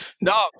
No